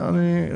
הדברים.